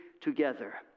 together